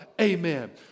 Amen